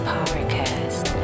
PowerCast